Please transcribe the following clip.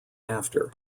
after